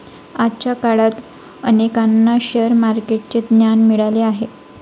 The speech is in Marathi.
आजच्या काळात अनेकांना शेअर मार्केटचे ज्ञान मिळाले आहे